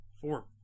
four